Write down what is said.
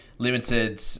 limited